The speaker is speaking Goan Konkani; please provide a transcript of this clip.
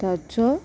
ताचो